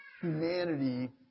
humanity